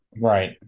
Right